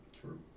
True